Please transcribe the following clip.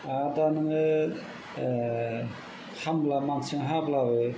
आरो दा नोङो खामला मानसिजों हाब्लाबो